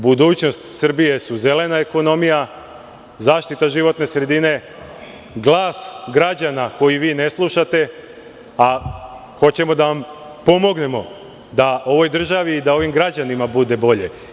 Budućnost Srbije su zelena ekonomija, zaštita životne sredine, glas građana koji vi ne slušate, a hoćemo da vam pomognemo da ovoj državi, da ovim građanima bude bolje.